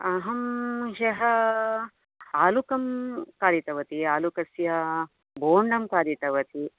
अहं ह्य आलुकं खादितवती आलूकस्य बोण्डं खादितवती